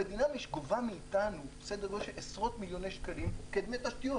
המדינה גובה מאיתנו סדר גודל של עשרות מיליוני שקלים כדמי תשתיות.